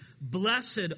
Blessed